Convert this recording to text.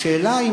השאלה,